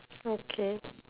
okay